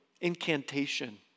incantation